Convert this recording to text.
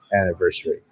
anniversary